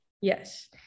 Yes